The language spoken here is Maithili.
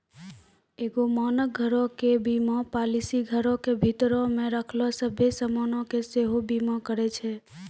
एगो मानक घरो के बीमा पालिसी घरो के भीतरो मे रखलो सभ्भे समानो के सेहो बीमा करै छै